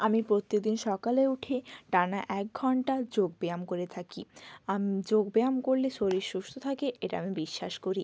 আমি প্রত্যেক দিন সকালে উঠে টানা এক ঘন্টা যোগ ব্যায়াম করে থাকি যোগ ব্যায়াম করলে শরীর সুস্থ থাকে এটা আমি বিশ্বাস করি